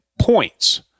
points